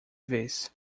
vez